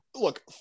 look